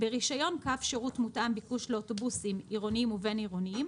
ברישיון קו שירות מותאם ביקוש לאוטובוסים עירוניים ובין-עירוניים,